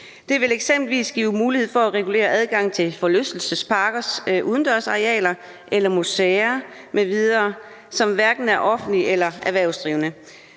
Det vil eksempelvis give mulighed for at regulere adgangen til forlystelsesparkers udendørsarealer eller museer m.v., som hverken er offentlige eller erhvervsdrivende.